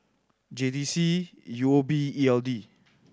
J T C U O B and E L D